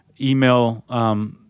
email